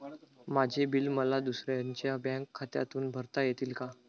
माझे बिल मला दुसऱ्यांच्या बँक खात्यातून भरता येईल का?